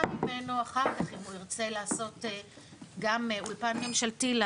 ממנו אחר כך אם הוא ירצה לעשות גם אולפן ממשלתי.